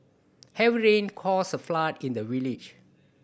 heavy rain caused a flood in the village